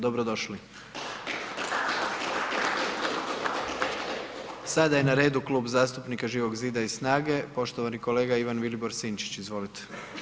Dobrodošli. … Sada je na redu Klub zastupnika Živog zida i SNAGA-e, poštovani kolega Ivan Vilibor Sinčić, izvolite.